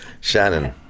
Shannon